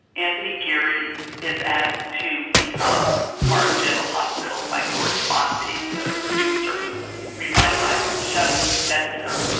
anthony geary is asked to become part of general hospital by gloria monty, the producer, who revitalised the show, and he says to her,